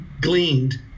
gleaned